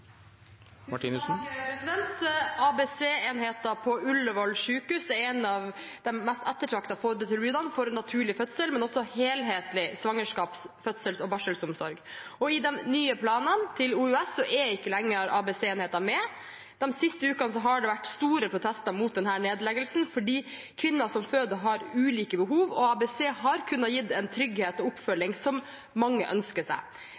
helhetlig svangerskaps-, fødsels- og barselomsorg. I de nye planene for OUS er ikke lenger ABC-enheten med. De siste ukene har det vært store protester mot denne nedleggelsen fordi kvinner som føder, har ulike behov, og ABC har kunnet gi trygghet og